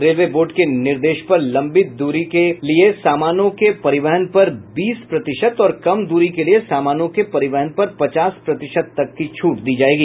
railway board के निर्देश पर लंबित दूरी के लिए सामानों के परिवहन पर बीस प्रतिशत और कम दूरी के लिए सामानों के परिवहन पर पचास प्रतिशत तक की छूटी दी जायेगी